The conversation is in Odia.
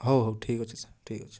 ହଉ ହଉ ଠିକ୍ ଅଛି ସାର୍ ଠିକ୍ ଅଛି